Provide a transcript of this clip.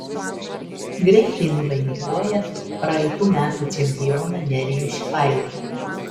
greitai nuvainikuoja praeitų metų čempioną nerijų šipailą